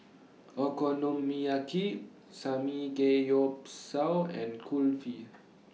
Okonomiyaki Samgeyopsal and Kulfi